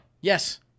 Yes